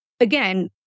Again